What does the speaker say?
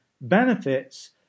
benefits